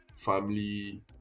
family